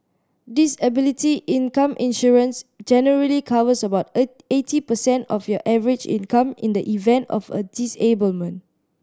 disability income insurance generally covers about eighty percent of your average income in the event of a disablement